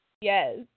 yes